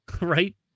right